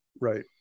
right